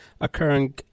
occurring